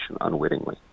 unwittingly